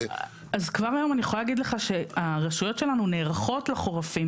אז כבר היום אני יכולה להגיד לך שהרשויות שלנו נערכות לחורפים,